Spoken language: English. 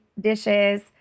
dishes